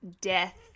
death